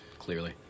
clearly